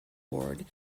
ward